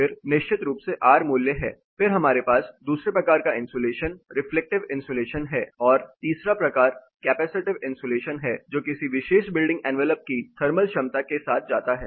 फिर निश्चित रूप से R मूल्य है फिर हमारे पास दूसरे प्रकार का इन्सुलेशन है रिफ्लेक्टिव इन्सुलेशन है और तीसरा प्रकार कैपेसिटिव इन्सुलेशन है जो किसी विशेष बिल्डिंग एन्वेलप की थर्मल क्षमता के साथ जाता है